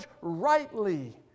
rightly